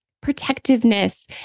protectiveness